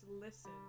listen